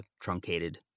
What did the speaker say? truncated